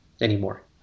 anymore